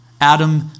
Adam